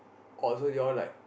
so you all like